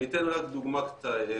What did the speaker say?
אני אתן רק דוגמה קטנה.